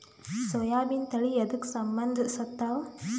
ಸೋಯಾಬಿನ ತಳಿ ಎದಕ ಸಂಭಂದಸತ್ತಾವ?